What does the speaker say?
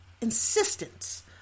insistence